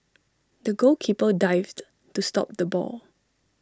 the goalkeeper dived to stop the ball